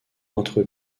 entre